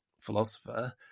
philosopher